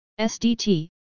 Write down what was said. SDT